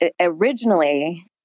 originally